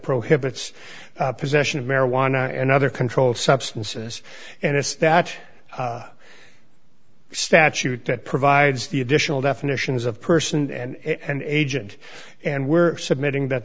prohibits possession of marijuana and other controlled substances and it's that statute that provides the additional definitions of person and agent and we're submitting that